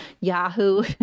Yahoo